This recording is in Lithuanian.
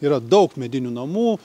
yra daug medinių namų